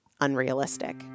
unrealistic